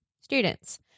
students